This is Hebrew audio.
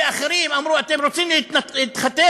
ואחרים אמרו: אתם רוצים להתחתן?